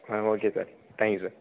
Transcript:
ah okay sir thank you sir